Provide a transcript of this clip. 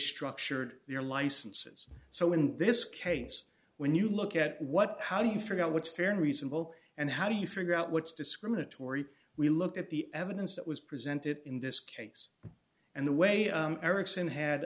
structured your licenses so in this case when you look at what how do you figure out what's fair and reasonable and how do you figure out what's discriminatory we looked at the evidence that was presented in this case and the way ericsson had